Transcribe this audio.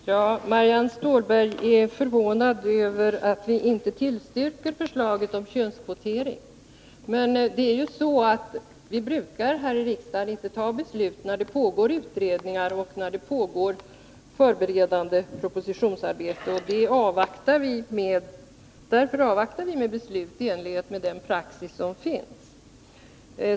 Herr talman! Marianne Stålberg är förvånad över att vi inte tillstyrker förslaget om könskvotering. Men det är ju så att vi här i riksdagen inte brukar fatta beslut när det pågår utredningar och förberedande propositionsarbete. Därför avvaktar vi med beslut i enlighet med den praxis som finns.